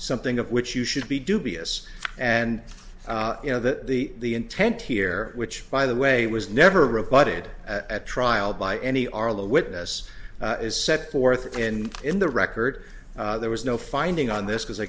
something of which you should be dubious and you know that the intent here which by the way was never recorded at trial by any arlo witness is set forth and in the record there was no finding on this because i